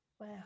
Wow